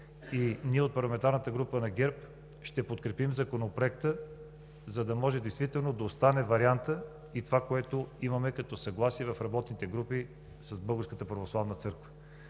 Ние от парламентарната група на ГЕРБ ще подкрепим Законопроекта, за да може действително да остане вариантът и това, което имаме като съгласие в работните групи с